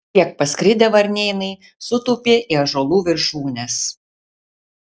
kiek paskridę varnėnai sutūpė į ąžuolų viršūnes